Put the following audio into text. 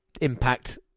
impact